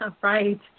right